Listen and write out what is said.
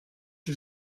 que